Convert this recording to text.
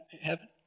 heaven